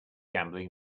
gambling